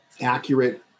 accurate